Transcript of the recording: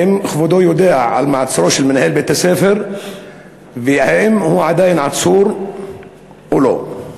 האם כבודו יודע על מעצרו של מנהל בית-הספר והאם הוא עדיין עצור או לא?